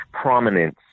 prominence